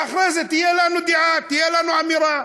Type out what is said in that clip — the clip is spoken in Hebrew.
ואחרי זה תהיה לנו דעה, תהיה לנו אמירה.